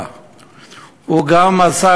הוא גם שירת בצבא,